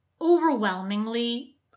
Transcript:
Overwhelmingly